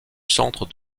centre